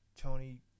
Tony